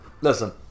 Listen